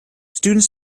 students